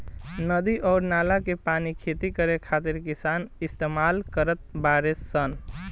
नदी अउर नाला के पानी खेती करे खातिर किसान इस्तमाल करत बाडे सन